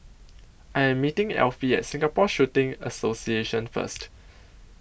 I Am meeting Elfie At Singapore Shooting Association First